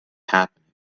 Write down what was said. happening